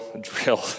drill